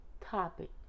topic